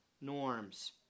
norms